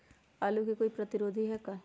आलू के कोई प्रतिरोधी है का?